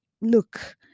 Look